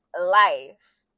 life